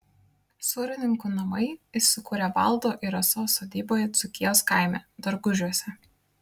sūrininkų namai įsikūrę valdo ir rasos sodyboje dzūkijos kaime dargužiuose